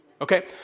Okay